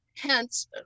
hence